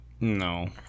no